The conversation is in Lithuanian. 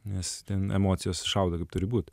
nes ten emocijos šaudo kaip turi būt